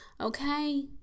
okay